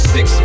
Six